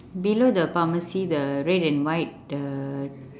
below the pharmacy the red and white the